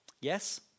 Yes